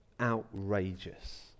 outrageous